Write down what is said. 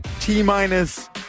T-minus